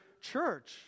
church